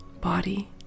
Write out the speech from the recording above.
body